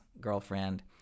girlfriend